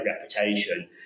reputation